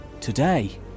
Today